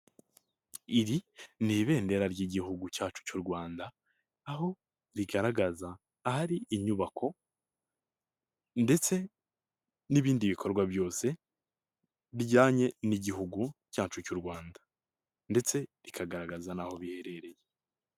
Iri ni ibendera ry'igihugu cyacu cy'u Rwanda aho rigaragaza ahari inyubako ndetse n'ibindi bikorwa byose bijyanye n'igihugu cyacu cy'u Rwanda ndetse ikagaragaza n'aho biherereye.